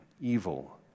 evil